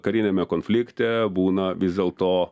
kariniame konflikte būna vis dėlto